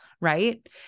right